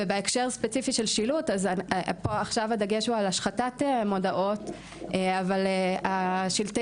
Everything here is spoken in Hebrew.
ובהקשר הספציפי של שילוט עכשיו הדגש הוא על השחתת מודעות אבל שלטי